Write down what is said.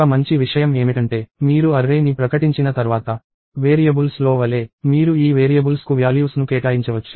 ఒక మంచి విషయం ఏమిటంటే మీరు అర్రే ని ప్రకటించిన తర్వాత వేరియబుల్స్లో వలె మీరు ఈ వేరియబుల్స్కు వ్యాల్యూస్ ను కేటాయించవచ్చు